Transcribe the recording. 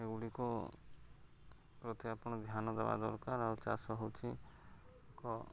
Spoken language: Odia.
ଏଗୁଡ଼ିକୁ ପ୍ରତି ଆପଣ ଧ୍ୟାନ ଦେବା ଦରକାର ଆଉ ଚାଷ ହେଉଛି ଏକ